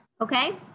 okay